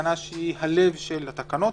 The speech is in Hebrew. התקנה שהיא הלב של התקנות,